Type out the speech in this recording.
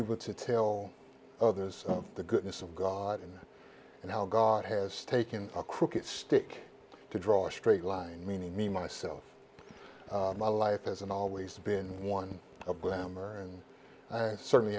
able to tell others of the goodness of god and how god has taken a crooked stick to draw a straight line meaning me myself my life isn't always been one of grammar and certainly